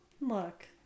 look